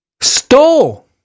stole